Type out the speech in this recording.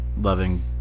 loving